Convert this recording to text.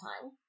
time